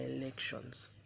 elections